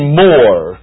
more